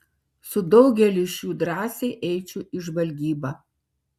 su daugeliu iš jų drąsiai eičiau į žvalgybą